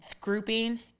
grouping